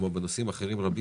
כמו גם נושאים רבים אחרים,